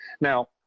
Now